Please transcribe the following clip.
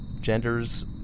genders